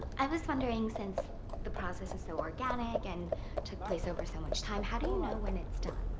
i was wondering, since the process is so organic and took place over so much time, how do you know when it's done?